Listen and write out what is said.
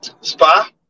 spa